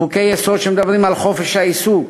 חוקי-יסוד שמדברים על חופש העיסוק.